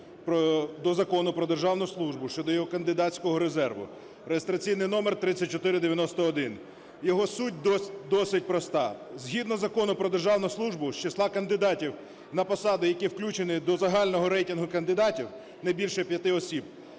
до Закону "Про державну службу" щодо кандидатського резерву (реєстраційний номер 3491). Його суть досить проста. Згідно Закону "Про державну службу" з числа кандидатів на посади, які включені до загального рейтингу кандидатів не більше 5 осіб,